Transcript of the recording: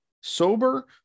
sober